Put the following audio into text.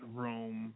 room